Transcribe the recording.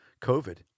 COVID